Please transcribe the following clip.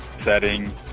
setting